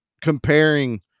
comparing